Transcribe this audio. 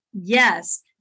yes